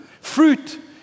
Fruit